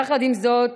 יחד עם זאת,